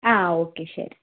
ആ ഓക്കെ ശരി